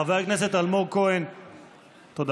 חבר הכנסת אלמוג כהן, תודה.